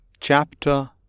chapter